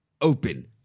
open